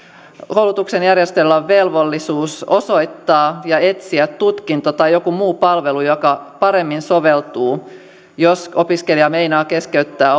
koulutuksen järjestäjällä on velvollisuus osoittaa ja etsiä tutkinto tai joku muu palvelu joka paremmin soveltuu jos opiskelija meinaa keskeyttää